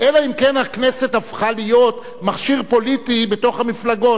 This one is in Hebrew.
אלא אם כן היא הפכה להיות מכשיר פוליטי בתוך המפלגות.